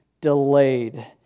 Delayed